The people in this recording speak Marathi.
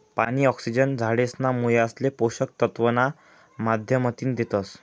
पानी, ऑक्सिजन झाडेसना मुयासले पोषक तत्व ना माध्यमतीन देतस